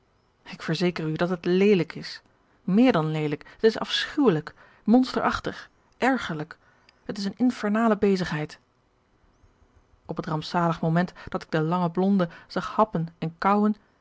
k verzeker u dat het léélijk is meer dan leelijk het is afschuwelijk monsterachtig ergerlijk het is een infernale bezigheid op het rampzalig moment dat ik den langen blonden zag happen en kauwen